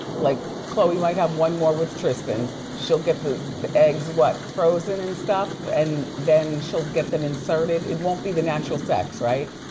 like khloe might have one more with tristan, she'll get the the eggs what, frozen and stuff? and then she'll get them inserted, it won't be the natural sex, right?